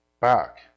back